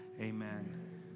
amen